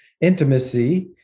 intimacy